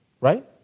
Right